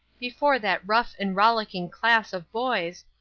before that rough and rollicking class of boys,